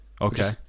okay